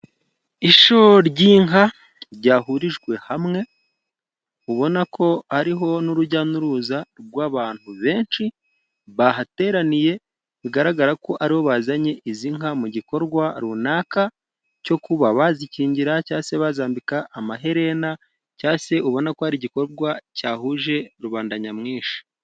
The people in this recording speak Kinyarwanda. Ishyo ry'inka ryahurijwe hamwe, ubona ko hariho n'urujya n'uruza rw'abantu benshi bahateraniye, bigaragara ko ari bo bazanye izi nka mu gikorwa runaka cyo kuba bazikingira, cyangwa se bazambika amaherena, cyangwa se ubona ko hari igikorwa cyahuje rubanda nyamwinshi.